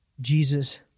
Jesus